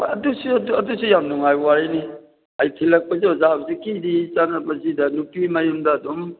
ꯍꯣꯏ ꯑꯗꯨꯁꯨ ꯌꯥꯝ ꯅꯨꯡꯉꯥꯏꯕ ꯋꯥꯔꯤꯅꯤ ꯑꯩ ꯊꯤꯜꯂꯛꯄꯁꯤ ꯑꯣꯖꯥ ꯍꯧꯖꯤꯛꯀꯤꯗꯤ ꯆꯠꯅꯕꯁꯤꯗ ꯅꯨꯄꯤ ꯃꯌꯨꯝꯗ ꯑꯗꯨꯝ